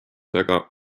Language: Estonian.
mulle